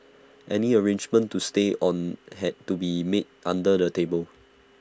any arrangement to stay on had to be made under the table